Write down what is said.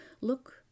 look